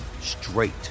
straight